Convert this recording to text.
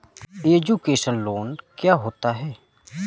Education loan क्या होता है?